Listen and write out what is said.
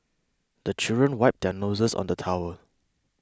the children wipe their noses on the towel